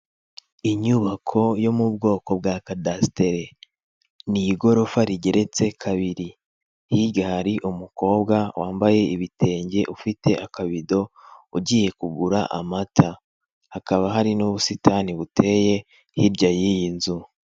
Inyubako yo mu bwoko bwa kadasitere ni igorofa rigeretse kabiri, hirya hari umukobwa wambaye ibitenge ufite akabido ugiye kugura amata, hakaba hari n'ubusitani buteye hirya y'iyi nzu.